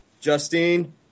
Justine